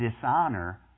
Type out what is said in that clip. dishonor